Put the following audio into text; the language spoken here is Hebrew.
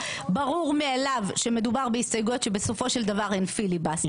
ברור מאליו שמדובר בהסתייגויות שבסופו של דבר הן פיליבסטר.